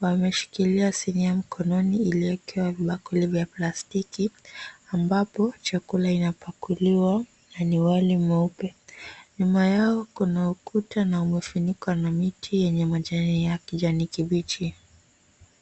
wameshikilia sinia mkononi iliyowekewa vibakuli vya plastiki, ambapo chakula inapakuliwa na ni wali mweupe. Nyuma yao kuna ukuta na umefunikwa na miti yenye majani ya kijani kibichi.